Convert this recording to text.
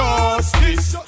Justice